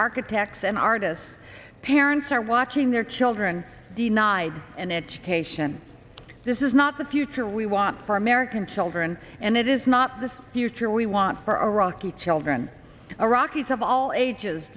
architects and artists parents are watching their children denied an education this is not the future we want for american children and it is not the future we want for iraqi children iraq is of all ages